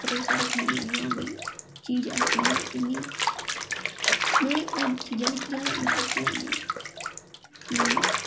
भरोसा रक्खनी आं कि भाई चीज़ असली होए ते में में उन चीजां बिच्च जादा इंट्रस्ट लैन्नी कि